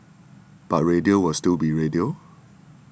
but radio will still be radio